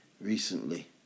recently